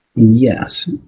Yes